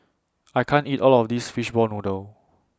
I can't eat All of This Fishball Noodle